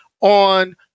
on